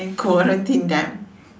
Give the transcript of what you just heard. and quarantine them